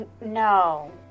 no